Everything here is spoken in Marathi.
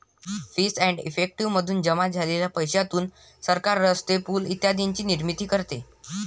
फीस एंड इफेक्टिव मधून जमा झालेल्या पैशातून सरकार रस्ते, पूल इत्यादींची निर्मिती करते